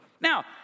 Now